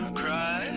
cry